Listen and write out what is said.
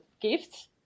gifts